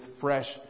fresh